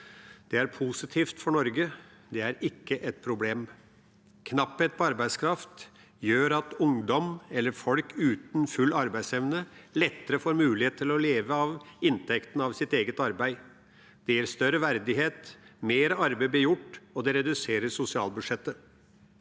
Det er positivt for Norge. Det er ikke et problem. Knapphet på arbeidskraft gjør at ungdom eller folk uten full arbeidsevne lettere får mulighet til å leve av inntekten av sitt eget arbeid. Det gir større verdighet, mer arbeid blir gjort, og det reduserer sosialbudsjettet.